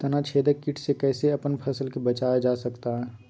तनाछेदक किट से कैसे अपन फसल के बचाया जा सकता हैं?